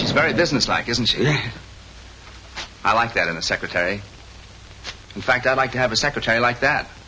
she's very businesslike isn't she i like that in the secretary in fact i'd like to have a secretary like that